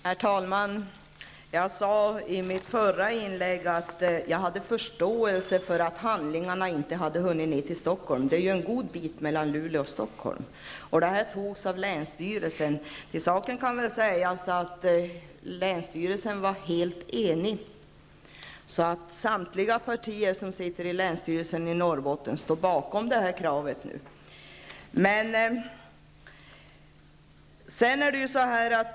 Herr talman! Jag sade i mitt förra inlägg att jag förstod att handlingarna inte hade hunnit ned till Stockholm. Det är långt från Luleå till Stockholm, och det är fråga om ett beslut av länsstyrelsen. Till saken hör att länsstyrelsen var helt enig. Samtliga partier som sitter i länsstyrelsen i Norrbotten står alltså bakom kraven.